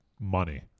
Money